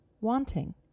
wanting